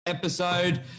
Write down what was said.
Episode